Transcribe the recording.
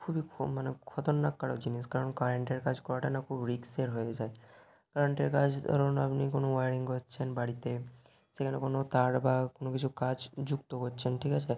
খুবই কম মানে খতরনাককারক জিনিস কারণ কারেন্টের কাজ করাটা না খুব রিস্কের হয়ে যায় কারেন্টের কাজ ধরুন আপনি কোনো ওয়্যারিং করছেন বাড়িতে সেখানে কোনো তার বা কোনো কিছু কাজ যুক্ত করছেন ঠিক আছে